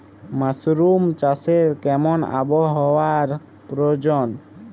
Mushroom চাষে কেমন আবহাওয়ার প্রয়োজন?